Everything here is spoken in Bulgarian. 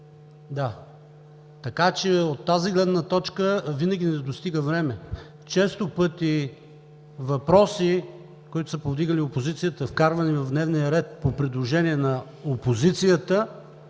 Така че от тази гледна точка винаги не достига време. Често пъти въпроси, които са повдигани от опозицията и включвани в дневния ред по предложение на опозицията